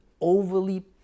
overly